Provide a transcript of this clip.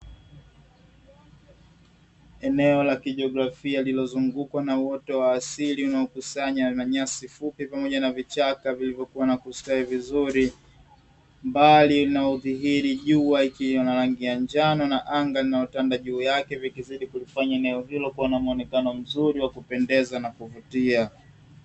Eneo la kijiografia lililozungukwa na uoto wa asili unakusanya nyasi fupi pamoja na vichaka vilivyokua na kustawi vizuri, mbali linadhihiri jua likiwa na rangi ya njano na anga linalotanda juu yake vikizidi kulifanya eneo hilo kuwa na mwonekano mzuri wa kupendeza na kuvutia.